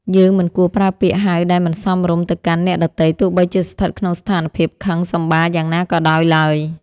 យើងមិនគួរប្រើពាក្យហៅដែលមិនសមរម្យទៅកាន់អ្នកដទៃទោះបីជាស្ថិតក្នុងស្ថានភាពខឹងសម្បារយ៉ាងណាក៏ដោយឡើយ។